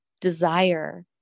desire